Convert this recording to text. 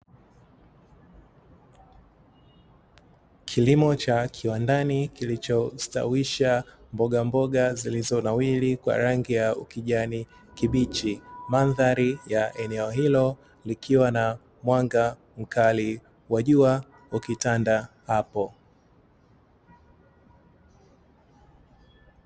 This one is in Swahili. Kilimo cha kiwandani kilichostawisha mbogamboga zilizonawiri kwa rangi ya ukijani kibichi, mandhari ya eneo hilo likiwa na mwanga mkali wa jua ukitanda hapo.